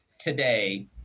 today